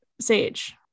Sage